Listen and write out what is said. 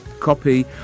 copy